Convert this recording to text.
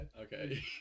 Okay